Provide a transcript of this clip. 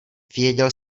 věděl